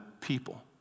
people